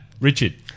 Richard